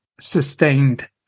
sustained